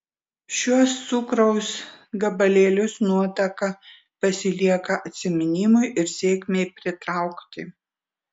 šiuos cukraus gabalėlius nuotaka pasilieka atsiminimui ir sėkmei pritraukti